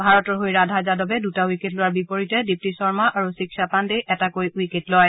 ভাৰতৰ হৈ ৰাধা যাদবে দুটা উইকেট লোৱাৰ বিপৰীতে দিগ্তী শৰ্মা আৰু শিক্ষা পাণ্ডেই এটাকৈ উইকেট লয়